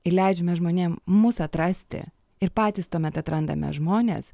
ir leidžiame žmonėm mus atrasti ir patys tuomet atrandame žmones